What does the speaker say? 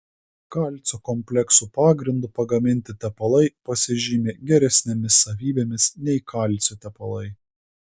kalcio kompleksų pagrindu pagaminti tepalai pasižymi geresnėmis savybėmis nei kalcio tepalai